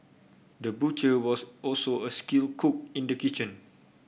the butcher was also a skilled cook in the kitchen